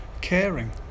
caring